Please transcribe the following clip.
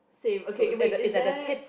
same okay uh wait is there